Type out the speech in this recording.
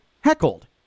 heckled